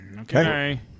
Okay